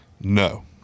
No